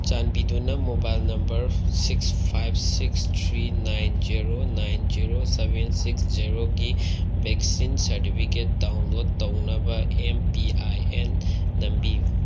ꯆꯥꯟꯕꯤꯗꯨꯅ mobile number six five six three nine zero nine zero seven six ꯖꯦꯔꯣꯒꯤ vaccine certificate download ꯇꯧꯅꯕ M P I N ꯅꯝꯕꯤꯌꯨ